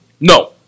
No